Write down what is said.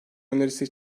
önerisi